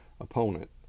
Opponent